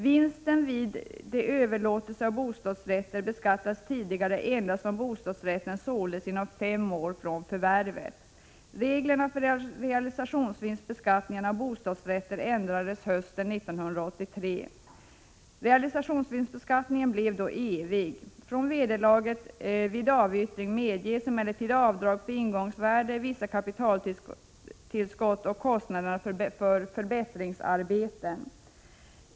Vinsten vid överlåtelse av bostadsrätter beskattades tidigare endast om bostadsrätten såldes inom fem år från förvärvet. Reglerna för realisationsvinstsbeskattningen av bostadsrätter ändrades hösten 1983. Realisationsvinstsbeskattningen blev då evig. Från vederlaget vid avyttringen medges emellertid avdrag för ingångsvärdet, vissa kapitaltillskott och kostnader för förbättringsarbeten.